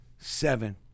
Seven